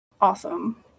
Awesome